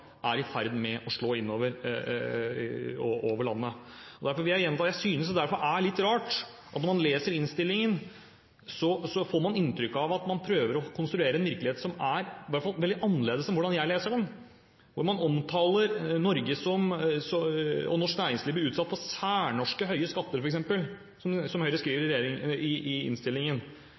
er i ferd med å slå inn over landet. Derfor vil jeg gjenta at jeg synes det er litt rart at man, når man leser innstillingen, får inntrykk av at man prøver å konstruere en virkelighet som i hvert fall er veldig annerledes enn hvordan jeg leser den – f.eks. at norsk næringsliv blir utsatt for særnorske høye skatter, som Høyre skriver i innstillingen.